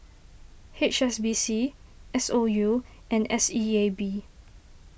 H S B C S O U and S E A B